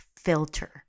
filter